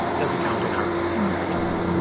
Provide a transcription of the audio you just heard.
doesn't count in our bucket of graduates.